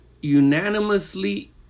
unanimously